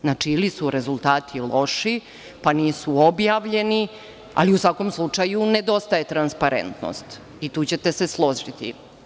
Znači, ili su rezultati loši, pa nisu objavljeni, ali nedostaje transparentnost i tu ćete se složiti.